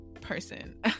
Person